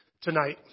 tonight